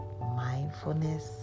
Mindfulness